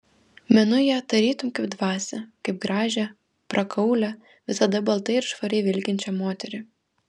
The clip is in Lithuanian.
menu ją tarytum kaip dvasią kaip gražią prakaulią visada baltai ir švariai vilkinčią moterį